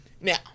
Now